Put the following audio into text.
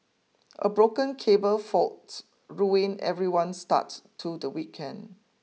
a broken cable fault ruined everyone's start to the weekend